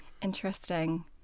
interesting